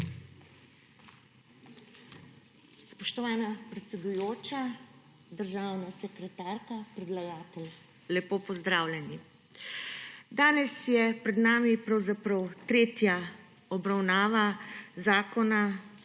Spoštovana predsedujoča, državna sekretarka, predlagatelj, lepo pozdravljeni! Danes je pred nami pravzaprav tretja obravnava zakona